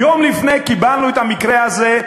יום לפני קיבלנו את המקרה הזה.